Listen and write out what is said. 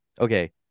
okay